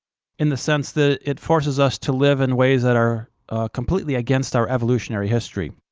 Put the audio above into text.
in the sense that it forces us to live in ways that are completely against our evolutionary history.